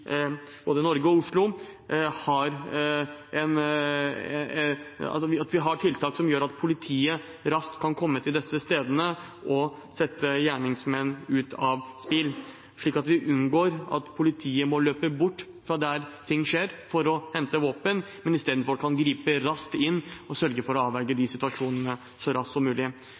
både i Oslo og i resten av Norge som gjør at politiet raskt kan komme til og sette gjerningsmenn ut av spill, slik at vi unngår at politiet må løpe bort fra der ting skjer, for å hente våpen, men i stedet kan gripe raskt inn og sørge for å avverge disse situasjonene så raskt som mulig.